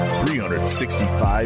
365